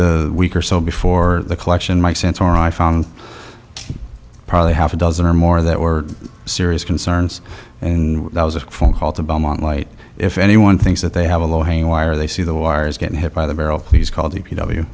e week or so before the collection my sense or i found probably half a dozen or more that were serious concerns and that was a phone call to belmont light if anyone thinks that they have a low hanging wire they see the wires getting hit by the barrel please call the p